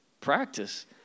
practice